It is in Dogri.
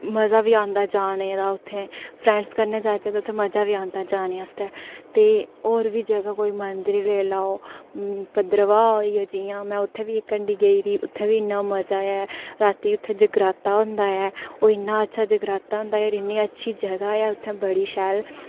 मज़ा बी औंदा जाने दा उत्थै फ्रैंड्स कन्नै जाह्चै ते उत्थें मज़ा बी औंदा जाने आस्तै ते होर बी जगह कोई मंदिर लेई लैओ भद्रवाह होई गेआ जि'यां में उत्थै बी इक्क बारी गेदी उत्थै बी इ'न्ना मज़ा आया रातीं उत्थें जगराता होंदा ऐ ओह् इ'न्ना अच्छा जगराता होंदा ऐ इ'न्नी अच्छी जगह ऐ उत्थै बड़ी शैल